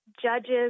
judges